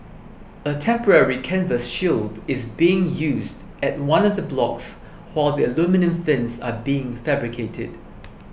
a temporary canvas shield is being used at one of the blocks while the aluminium fins are being fabricated